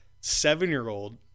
seven-year-old